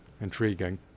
intriguing